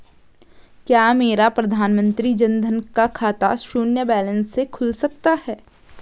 क्या मेरा प्रधानमंत्री जन धन का खाता शून्य बैलेंस से खुल सकता है?